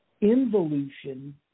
involution